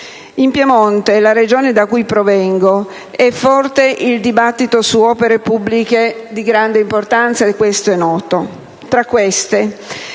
In Piemonte, la Regione da cui provengo, è forte il dibattito su opere pubbliche di grande importanza, e questo è noto.